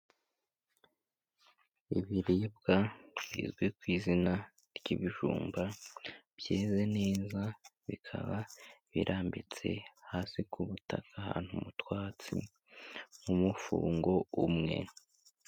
Ibiribwa bizwi ku izina ry'ibijumba, byeze neza, bikaba birambitse hasi ku butaka ahantu mu twatsi nk'umufungo umwe.